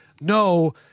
no